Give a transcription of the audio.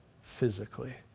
physically